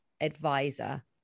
advisor